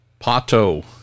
Pato